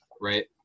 right